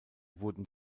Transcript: wurden